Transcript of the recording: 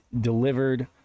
delivered